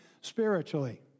spiritually